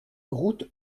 route